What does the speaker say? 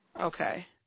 Okay